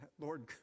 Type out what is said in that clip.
Lord